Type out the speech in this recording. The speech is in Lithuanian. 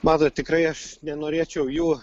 matot tikrai aš nenorėčiau jų